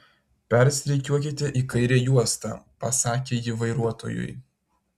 persirikiuokite į kairę juostą pasakė ji vairuotojui